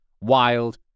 wild